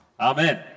Amen